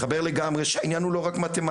אבל אני מתחבר לגמרי שהעניין הוא לא רק מתמטיקה.